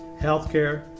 healthcare